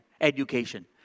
education